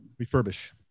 Refurbish